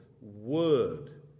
Word